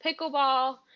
pickleball